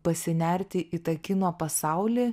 pasinerti į tą kino pasaulį